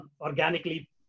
organically